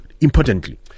Importantly